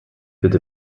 bitte